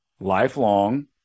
lifelong